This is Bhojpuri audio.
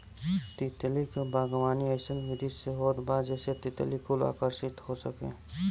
तितली क बागवानी अइसन विधि से होत बा जेसे तितली कुल आकर्षित हो सके